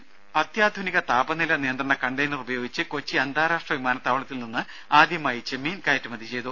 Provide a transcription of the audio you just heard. രംഭ അത്യാധുനിക താപനില നിയന്ത്രണ കണ്ടെയ്നർ ഉപയോഗിച്ച് കൊച്ചി അന്താരാഷ്ട്ര വിമാനത്താവളത്തിൽ നിന്ന് ആദ്യമായി ചെമ്മീൻ കയറ്റുമതി ചെയ്തു